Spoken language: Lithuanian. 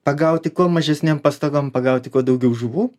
pagauti kuo mažesnėm pastangom pagauti kuo daugiau žuvų